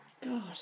god